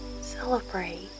Celebrate